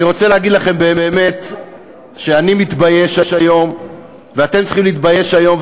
אני רוצה להגיד לכם שבאמת אני מתבייש היום ואתם צריכים להתבייש היום,